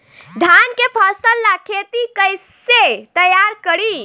धान के फ़सल ला खेती कइसे तैयार करी?